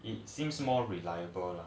it seems more reliable